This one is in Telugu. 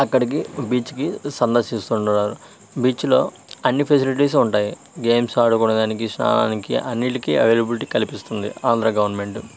అక్కడికి బీచ్కి సందర్శిస్తుంటారు బీచ్లో అన్నీఫెసిలిటీస్ ఉంటాయి గేమ్స్ ఆడుకునే దానికి స్నానానికి అన్నింటికి అవైలబిలిటీ కలిపిస్తుంది ఆంధ్రా గవర్నమెంటు